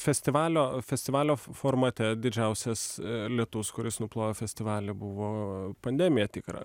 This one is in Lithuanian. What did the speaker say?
festivalio festivalio formate didžiausias lietus kuris nuplovė festivalį buvo pandemija tikra